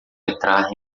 entrar